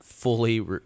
fully